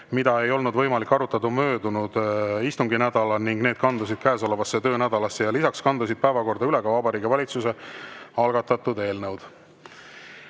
mida ei olnud võimalik arutada möödunud istunginädalal. See kandus käesolevasse töönädalasse. Lisaks kandusid päevakorda üle Vabariigi Valitsuse algatatud eelnõud.